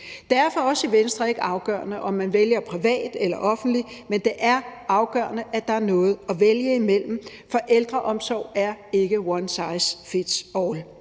Det er for os i Venstre ikke afgørende, om man vælger et privat eller et offentligt, men det er afgørende, at der er noget at vælge imellem, for ældreomsorg er ikke one size fits all.